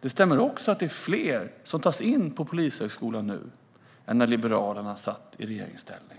Det stämmer också att det är fler som tas in på Polishögskolan nu än när Liberalerna var i regeringsställning.